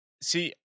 See